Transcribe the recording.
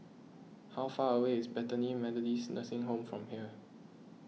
how far away is Bethany Methodist Nursing Home from here